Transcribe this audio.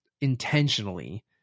intentionally